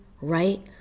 right